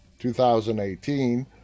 2018